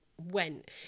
went